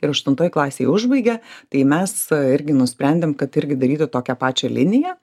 ir aštuntoj klasėj užbaigia tai mes irgi nusprendėm kad irgi daryti tokią pačią liniją